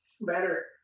better